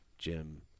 Jim